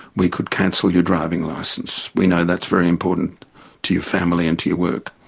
we could cancel your driving licence. we know that's very important to your family and to your work.